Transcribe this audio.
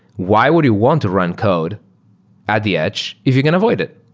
why would you want to run code at the edge if you can avoid it?